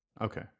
Okay